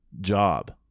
job